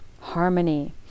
Harmony